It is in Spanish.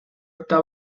está